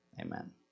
Amen